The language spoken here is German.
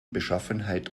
beschaffenheit